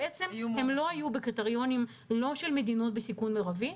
הן לא היו בקריטריונים של מדינות בסיכון מרבי,